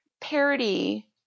parody